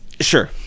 sure